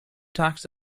talks